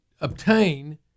obtain